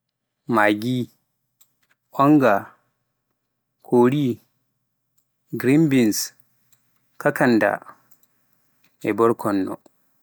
maggi, onga, kori, greenbeans, kakaanda, e borkonno.